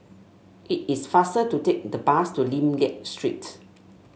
it is faster to take the bus to Lim Liak Street